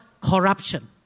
corruption